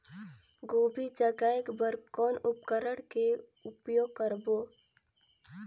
गोभी जगाय बर कौन उपकरण के उपयोग करबो?